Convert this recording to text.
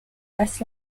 less